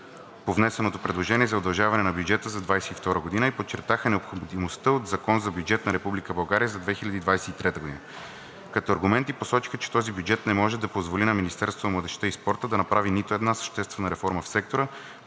по внесеното предложение за удължаване на бюджета за 2022 г. и подчертаха необходимостта от Закон за бюджет на Република България за 2023 г. Като аргументи посочиха, че този бюджет не може да позволи на Министерството на младежта и спорта да направи нито една съществена реформа в сектора,